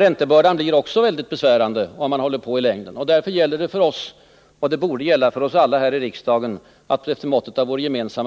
Räntebördan blir också allt besvärligare ju längre man håller på. Därför gäller det för oss — och det borde gälla för alla här i riksdagen — att efter måttet av vår